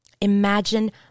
Imagine